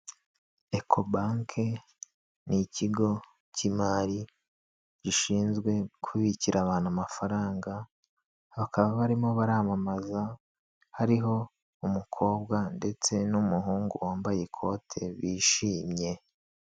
Eko banki ni ikigo k'imari gishinzwe kubikira abantu amafaranga, bakaba barimo baramamaza hariho umukobwa ndetse n'umuhungu wambaye ikote bishimye.